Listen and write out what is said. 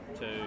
two